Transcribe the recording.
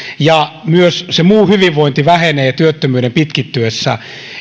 ja myös se muu hyvinvointi vähenevät työttömyyden pitkittyessä